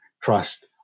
trust